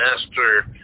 master